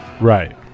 Right